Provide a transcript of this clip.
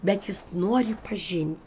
bet jis nori pažint